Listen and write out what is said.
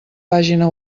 pàgina